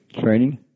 training